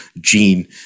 gene